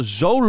zo